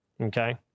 Okay